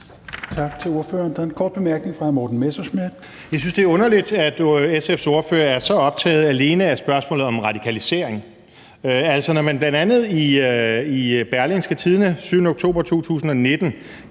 Jeg synes, det er underligt, at SF's ordfører er så optaget alene af spørgsmålet om radikalisering, når vi bl.a. i Berlingske den 7. oktober 2019